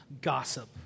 gossip